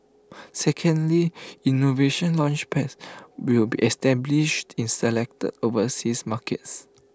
secondly innovation Launchpads will be established in selected overseas markets